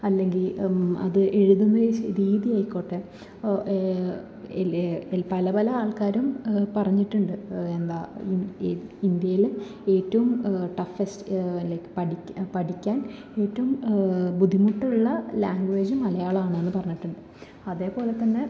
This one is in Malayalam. അല്ലെങ്കിൽ അത് എഴുതുന്ന രീതി ആയിക്കോട്ടെ പല പല ആൾക്കാരും പറഞ്ഞിട്ടുണ്ട് എന്താണ് ഇന്ത്യയിൽ ഏറ്റവും ടഫസ്റ്റ് ലൈക്ക് പഠിക്കാൻ പഠിക്കാൻ ഏറ്റവും ബുദ്ധിമുട്ടുള്ള ലാംഗ്വേജ് മലയാളമാണ് എന്ന് പറഞ്ഞിട്ട് അതേപോലെ തന്നെ